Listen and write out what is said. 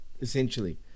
essentially